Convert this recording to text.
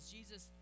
Jesus